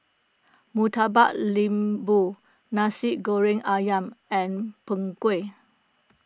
Murtabak Lembu Nasi Goreng Ayam and Png Kueh